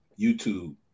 YouTube